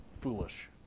foolish